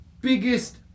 biggest